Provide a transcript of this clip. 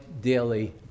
daily